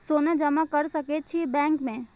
सोना जमा कर सके छी बैंक में?